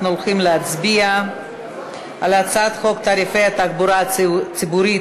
אנחנו הולכים להצביע על הצעת חוק תעריפי התחבורה הציבורית,